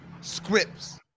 Scripts